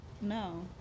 no